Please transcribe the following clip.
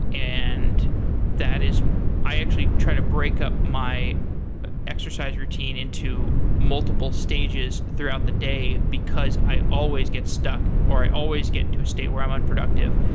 and that is i actually try to break up my exercise routine into multiple stages throughout the day, because i always get stuck, or i always get into a state where i'm unproductive.